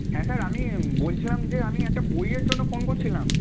হ্যাঁ স্যার আমি বলছিলাম যে আমি একটা বইয়ের জন্য ফোন করছিলাম